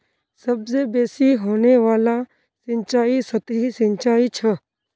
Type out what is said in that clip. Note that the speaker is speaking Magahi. सबसे बेसि होने वाला सिंचाई सतही सिंचाई छ